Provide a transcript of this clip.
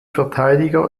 verteidiger